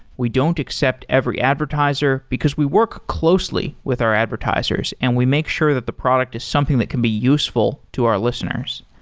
we don't accept every advertiser, because we work closely with our advertisers and we make sure that the product is something that can be useful to our listeners.